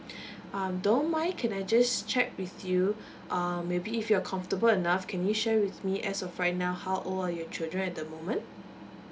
um don't mind can I just check with you err maybe if you're comfortable enough can you share with me as of right now how old are your children at the moment